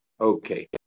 Okay